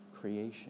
creation